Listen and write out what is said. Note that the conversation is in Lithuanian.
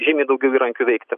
žymiai daugiau įrankių veikti